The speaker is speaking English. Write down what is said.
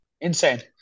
Insane